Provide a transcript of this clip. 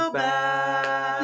back